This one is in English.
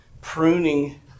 pruning